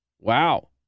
Wow